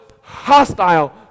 hostile